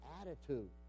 attitude